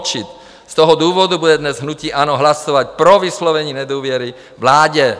Z toho důvodu bude dnes hnutí ANO hlasovat pro vyslovení nedůvěry vládě.